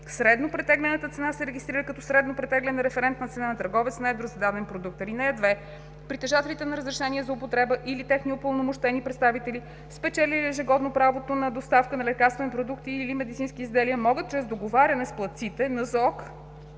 Среднопретеглената цена се регистрира като „Среднопретеглена референтна цена на търговец на едро“ за даден продукт. (2) Притежателите на разрешение за употреба или техни упълномощени представители, спечелили ежегодно правото на доставка на лекарствени продукти и/или медицински изделия, могат чрез договаряне с платците (НЗОК,